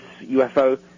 UFO